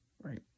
right